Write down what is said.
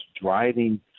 driving